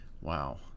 Wow